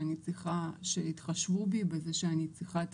שאני צריכה שיתחשבו בי בזה שאני צריכה את